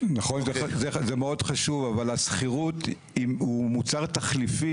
זה מאוד חשוב, אבל השכירות הוא מוצר תחליפי